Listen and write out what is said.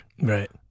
right